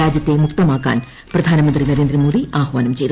രാജ്യത്തെ മുക്തമാക്കാൻ പ്രധാനമന്ത്രി നരേന്ദ്രമോദി ആഹ്വാനം ചെയ്തു